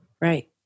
Right